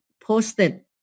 posted